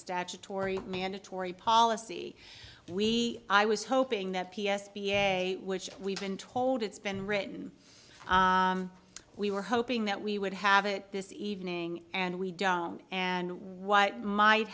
statutory mandatory policy we i was hoping that p s b a which we've been told it's been written we were hoping that we would have it this evening and we don't and what might